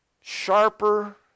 sharper